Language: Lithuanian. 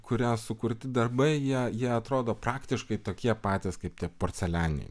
kurią sukurti darbai jei jie atrodo praktiškai tokie patys kaip tie porcelianiniai